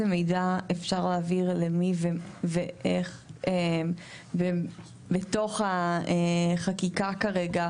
מידע אפשר להעביר למי ואיך בתוך החקיקה כרגע,